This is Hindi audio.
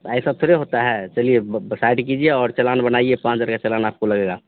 ऐसा थोड़े होता है चलिए साइड कीजिए और चालान बनाइए पाँच हज़ार का चालान आपको लगेगा